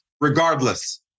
regardless